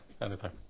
Anytime